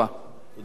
תודה רבה.